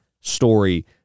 story